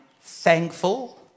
thankful